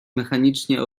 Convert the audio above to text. mechanicznie